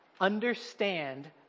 understand